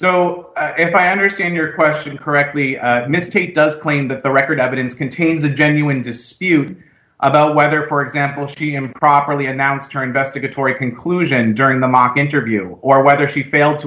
so if i understand your question correctly misstate does claim that the record evidence contains a genuine dispute about whether for example she improperly announced her investigatory conclusion during the mock interview or whether she fail